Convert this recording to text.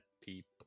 people